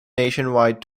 nationwide